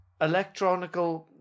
Electronical